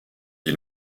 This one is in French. dit